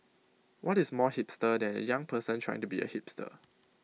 what is more hipster than A young person trying to be A hipster